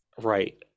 Right